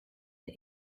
the